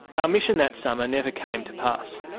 our mission that summer never came to pass.